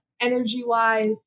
energy-wise